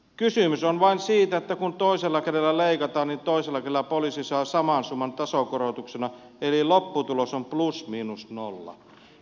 kysymys on vain siitä että kun toisella kädellä leikataan niin toisella kädellä poliisi saa saman summan tasokorotuksena eli lopputulos on plus miinus nolla